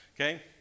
okay